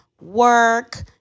work